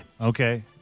Okay